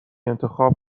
انتخاب